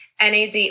NAD